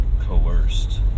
coerced